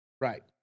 Right